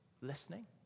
Listening